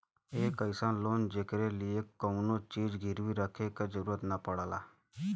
एक अइसन लोन जेकरे लिए कउनो चीज गिरवी रखे क जरुरत न पड़ला